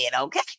okay